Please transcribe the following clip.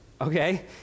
okay